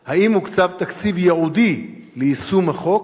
2. האם הוקצב תקציב ייעודי ליישום החוק?